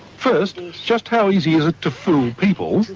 first, just how easy is it to fool people.